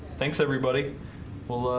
thanks. everybody well.